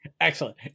Excellent